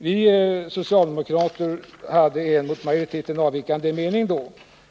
Vi socialdemokrater hade då en i förhållande till majoriteten avvikande mening.